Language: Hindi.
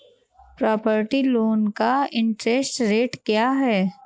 प्रॉपर्टी लोंन का इंट्रेस्ट रेट क्या है?